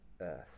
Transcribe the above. earth